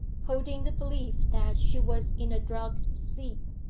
holding the belief that she was in a drugged sleep.